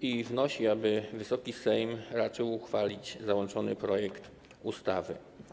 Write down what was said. i wnosi, aby Wysoki Sejm raczył uchwalić załączony projekt ustawy.